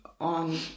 on